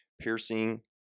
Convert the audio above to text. piercing